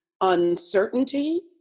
uncertainty